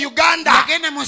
Uganda